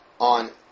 on